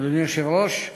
אדוני היושב-ראש,